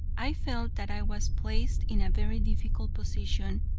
i felt that i was placed in a very difficult position.